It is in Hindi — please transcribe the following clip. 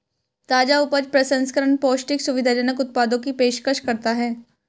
ताजा उपज प्रसंस्करण पौष्टिक, सुविधाजनक उत्पादों की पेशकश करता है